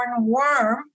worm